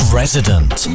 resident